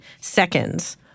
seconds